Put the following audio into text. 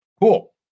Cool